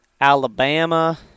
Alabama